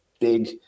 big